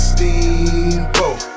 Steamboat